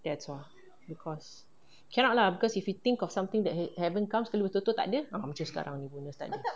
that's all because cannot lah because if you think of something that hav~ haven't come sekali betul-betul tak ada ah macam sekarang ni bonus tak ada